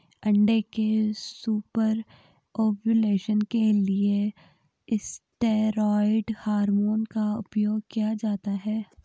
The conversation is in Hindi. अंडे के सुपर ओव्यूलेशन के लिए स्टेरॉयड हार्मोन का उपयोग किया जाता है